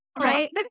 Right